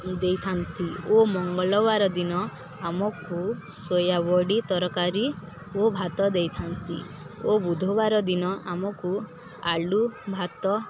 ଦେଇଥାନ୍ତି ଓ ମଙ୍ଗଳବାର ଦିନ ଆମକୁ ସୋୟାବଡ଼ି ତରକାରୀ ଓ ଭାତ ଦେଇଥାନ୍ତି ଓ ବୁଧବାର ଦିନ ଆମକୁ ଆଳୁ ଭାତ